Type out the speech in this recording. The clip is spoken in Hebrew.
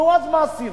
נו, אז מה עשינו?